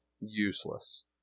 Useless